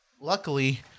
Luckily